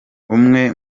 umwe